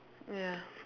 ya